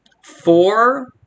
four